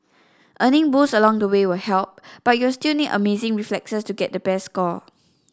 earning boosts along the way will help but you'll still need amazing reflexes to get the best score